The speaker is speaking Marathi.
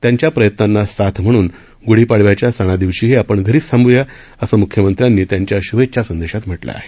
त्यांच्या प्रय़त्नांना साथ म्हणून गुढी पाडव्याच्या सणादिवशीही आपण घरीच थांब्या असं मुख्यमंत्र्यांनी त्यांच्या श्भेच्छा संदेशात म्हटलं आहे